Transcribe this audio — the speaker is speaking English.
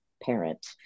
Parent